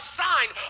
sign